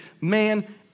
man